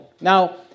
Now